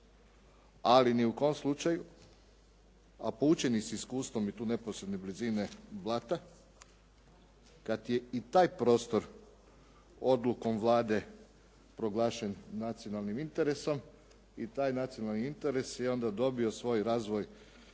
ali ni u kom slučaju a poučeni s iskustvom i tu neposredne blizine Blata kad je i taj prostor odlukom Vlade proglašen nacionalnim interesom i taj nacionalni interes je onda dobio svoj razvoj